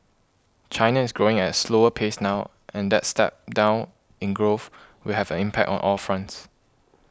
China is growing as slower pace now and that step down in growth will have an impact on all fronts